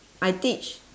I teach